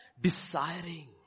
desiring